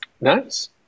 nice